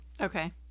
Okay